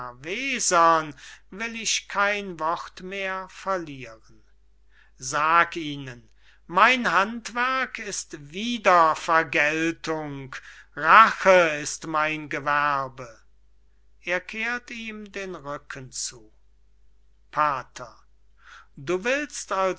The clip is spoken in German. will ich kein wort mehr verlieren sag ihnen mein handwerk ist wiedervergeltung rache ist mein gewerbe er kehrt ihm den rücken zu pater du willst